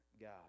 God